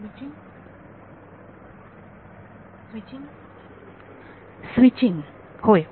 विद्यार्थी स्विचींग विद्यार्थी switching switching होय